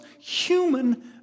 human